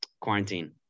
quarantine